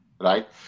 right